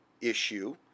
issue